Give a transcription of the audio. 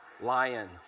lion